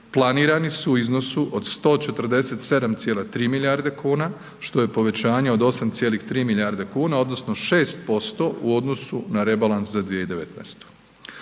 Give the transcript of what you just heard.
planirani su u iznosu od 147,3 milijarde kuna što je povećanje od 8,3 milijarde kuna odnosno 6% u odnosu na rebalans za 2019.